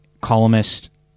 columnist